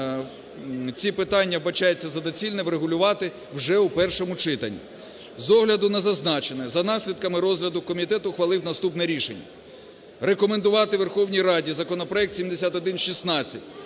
ці питання вбачається за доцільне врегулювати вже в першому читанні. З огляду на зазначене за наслідками розгляду комітет ухвалив наступне рішення: рекомендувати Верховній Раді законопроект 7116